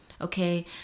Okay